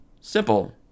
simple